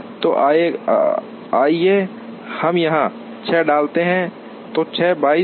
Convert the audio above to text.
तो आइए हम यहां ६ डालते हैं तो ६ २२ हैं